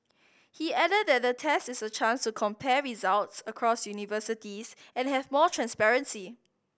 he added that the test is a chance to compare results across universities and have more transparency